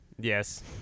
Yes